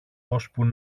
ώσπου